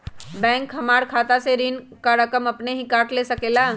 Bank हमार खाता से ऋण का रकम अपन हीं काट ले सकेला?